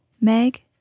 Meg